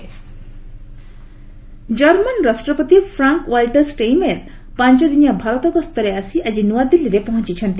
German president German ରାଷ୍ଟ୍ରପତି Frank Walter Steinmeier ପାଞ୍ଚଦିନିଆ ଭାରତ ଗସ୍ତରେ ଆସି ଆଜି ନୂଆଦିଲ୍ଲୀରେ ପହଞ୍ଚିଛନ୍ତି